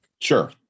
Sure